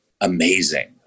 amazing